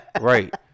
right